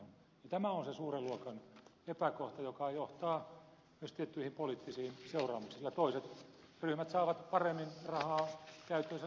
tämä on se suuren luokan epäkohta joka johtaa myös tiettyihin poliittisiin seuraamuksiin sillä toiset ryhmät saavat paremmin rahaa käyttöönsä kuin toiset